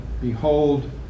Behold